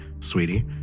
sweetie